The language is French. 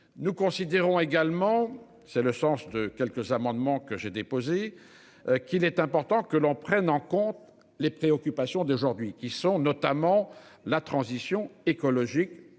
nous considérons également, c'est le sens de quelques amendements que j'ai déposée. Qu'il est important que l'on prenne en compte les préoccupations d'aujourd'hui qui sont notamment la transition écologique